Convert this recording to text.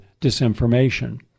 disinformation